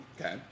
Okay